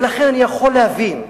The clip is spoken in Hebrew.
ולכן אני יכול להבין.